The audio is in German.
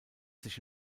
sich